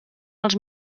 els